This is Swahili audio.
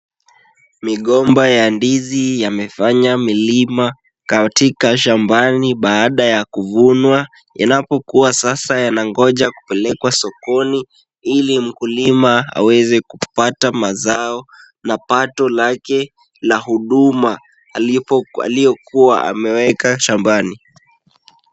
Migomba ya ndizi yamefanya mlima katika shambani baada ya kuvunwa, inapokuwa sasa yanangoja kupelekwa sokoni, ili mkulima aweze kupata mazao na pato lake la huduma aliyokuwa ameweka shambani.